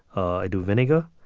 i do vinegar.